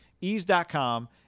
Ease.com